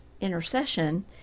intercession